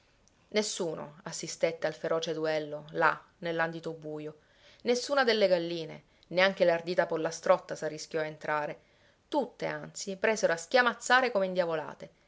nessuno assistette al feroce duello là nell'andito bujo nessuna delle galline neanche l'ardita pollastrotta s'arrischiò a entrare tutte anzi presero a schiamazzare come indiavolate